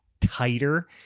tighter